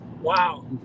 Wow